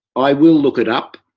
i will look it up.